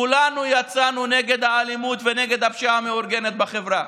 כולנו יצאנו נגד האלימות ונגד הפשיעה המאורגנת בחברה.